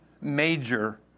major